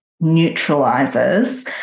neutralizes